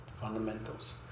fundamentals